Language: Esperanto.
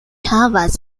havas